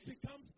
becomes